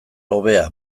hobea